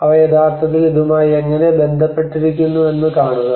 അവ യഥാർത്ഥത്തിൽ ഇതുമായി എങ്ങനെ ബന്ധപ്പെട്ടിരിക്കുന്നുവെന്ന് കാണുക